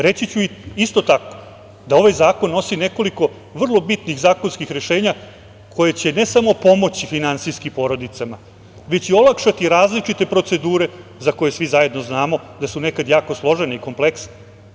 Reći ću isto tako da ovaj zakon nosi nekoliko vrlo bitnih zakonskih rešenja koja će ne samo pomoći finansijski porodicama već će olakšati različite procedure za koje svi zajedno znamo da su nekada jako složene i kompleksne.